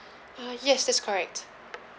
ah yes that's correct